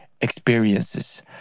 experiences